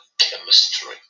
chemistry